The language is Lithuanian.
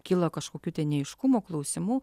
kilo kažkokių neaiškumų klausimų